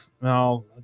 no